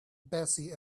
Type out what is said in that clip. bessie